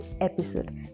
episode